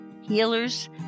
healers